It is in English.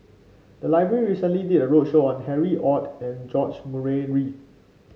the library recently did a roadshow on Harry Ord and George Murray Reith